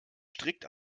strikt